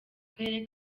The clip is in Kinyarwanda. karere